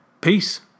Peace